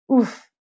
oof